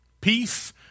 peace